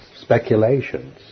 speculations